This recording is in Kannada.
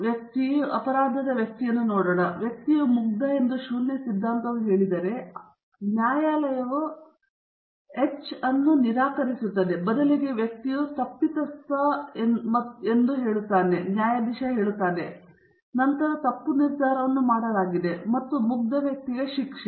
ಒಂದು ಅಪರಾಧದ ಆರೋಪ ಹೊಂದುವ ವ್ಯಕ್ತಿಯು ಮುಗ್ಧರು ಎಂದು ಶೂನ್ಯ ಸಿದ್ಧಾಂತವು ಹೇಳಿದರೆ ಆ ನ್ಯಾಯಾಲಯವು H ನನ್ನು ನಿರಾಕರಿಸುತ್ತದೆ ಮತ್ತು ಬದಲಿಗೆ ವ್ಯಕ್ತಿಯು ತಪ್ಪಿತಸ್ಥರೆಂದು ಮತ್ತು ನ್ಯಾಯಾಧೀಶರು ಹೇಳುತ್ತಾನೆ ನಂತರ ತಪ್ಪು ನಿರ್ಧಾರವನ್ನು ಮಾಡಲಾಗಿದೆ ಮತ್ತು ಮುಗ್ಧ ವ್ಯಕ್ತಿಗೆ ಶಿಕ್ಷೆ